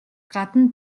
гадна